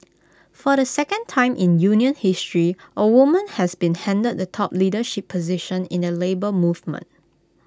for the second time in union history A woman has been handed the top leadership position in the Labour Movement